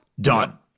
Done